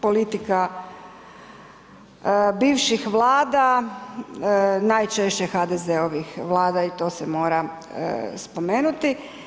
Politika bivših vlada, najčešće HDZ-ovih vlada i to se mora spomenuti.